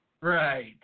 Right